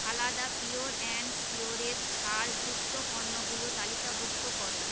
Phalada pure and শিওরের ছাড়যুক্ত পণ্যগুলো তালিকাভুক্ত করো